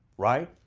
right?